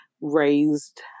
raised